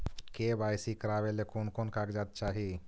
KYC करावे ले कोन कोन कागजात चाही?